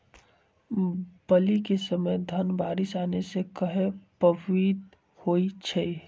बली क समय धन बारिस आने से कहे पभवित होई छई?